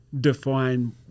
define